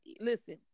listen